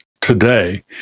today